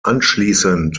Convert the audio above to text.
anschließend